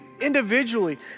individually